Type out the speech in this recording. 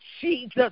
Jesus